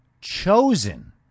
chosen